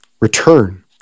Return